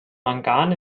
mangan